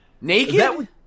naked